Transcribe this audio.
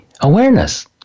awareness